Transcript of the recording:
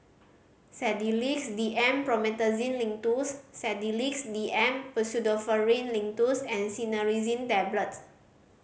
Sedilix D M Promethazine Linctus Sedilix D M Pseudoephrine Linctus and Cinnarizine Tablets